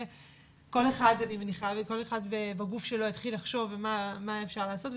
אני מניחה שכל אחד בגוף שלו התחיל לחשוב מה אפשר לעשות.